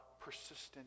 persistent